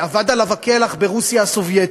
אבד עליו הכלח ברוסיה הסובייטית.